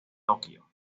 tokio